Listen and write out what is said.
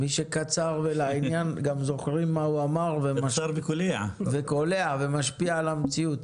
מי שקצר ולעניין גם זוכרים מה הוא אמר ומשפיע על המציאות.